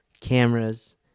cameras